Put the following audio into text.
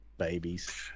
Babies